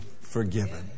forgiven